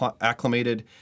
acclimated